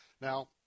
Now